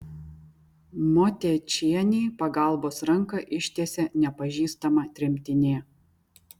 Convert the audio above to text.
motiečienei pagalbos ranką ištiesė nepažįstama tremtinė